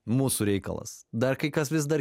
mūsų reikalas dar kai kas vis dar